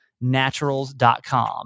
naturals.com